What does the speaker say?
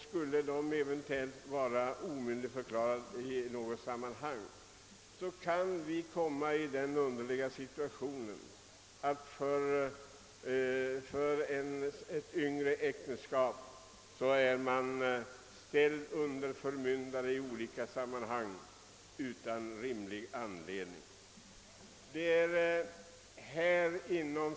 Skulle någon inblandad person eventuellt vara omyndigförklarad i något sammanhang kan den underliga situationen inträffa, att man i ett ungt äktenskap ställs under en kedja av förmyndare utan rimlig anledning.